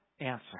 answer